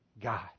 God